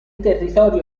territorio